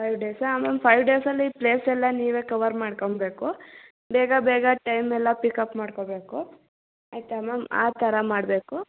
five ಡೇಸಾ ma'am five ಡೇಸಲ್ಲಿ place ಎಲ್ಲ ನೀವೆ ಕವರ್ ಮಾಡ್ಕೋಬೇಕು ಬೇಗ ಬೇಗ ಟೈಮ್ ಎಲ್ಲ ಪಿಕ್ಅಪ್ ಮಾಡ್ಕೋಬೇಕು ಆಯ್ತಾ ಮ್ಯಾಮ್ ಆ ಥರ ಮಾಡಬೇಕು